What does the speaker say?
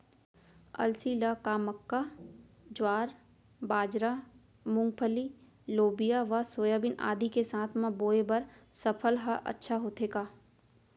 अलसी ल का मक्का, ज्वार, बाजरा, मूंगफली, लोबिया व सोयाबीन आदि के साथ म बोये बर सफल ह अच्छा होथे का?